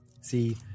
See